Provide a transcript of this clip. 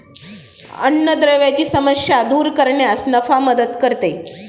अन्नद्रव्यांची समस्या दूर करण्यास निफा मदत करते